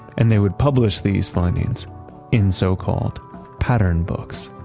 and they would publish these findings in so called pattern books.